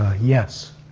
ah yes.